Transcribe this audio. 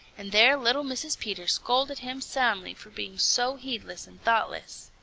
and there little mrs. peter scolded him soundly for being so heedless and thoughtless.